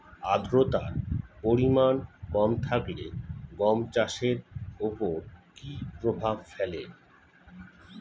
আদ্রতার পরিমাণ কম থাকলে গম চাষের ওপর কী প্রভাব ফেলে?